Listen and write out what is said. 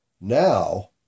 Now